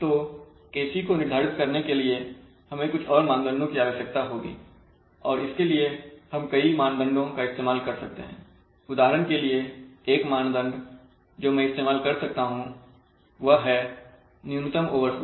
तो KC को निर्धारित करने के लिए हमें कुछ और मानदंडों की आवश्यकता होगी और इसके लिए हम कई मानदंडों का इस्तेमाल कर सकते हैं उदाहरण के लिए एक मानदंड जो मैं इस्तेमाल कर सकता हूं वह है न्यूनतम ओवरशूट